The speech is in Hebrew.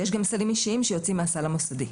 ויש גם סלים אישיים שיוצאים מהסל המוסדי.